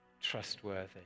trustworthy